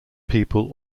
people